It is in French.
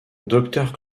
docteur